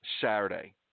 Saturday